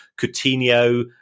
Coutinho